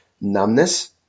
numbness